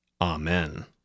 Amen